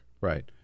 Right